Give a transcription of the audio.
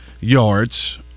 yards